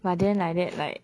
but then like that like